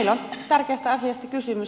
on tärkeästä asiasta kysymys